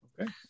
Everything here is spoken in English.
Okay